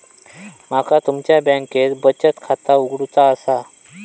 माका तुमच्या बँकेत बचत खाता उघडूचा असा?